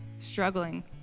struggling